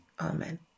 Amen